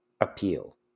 appeal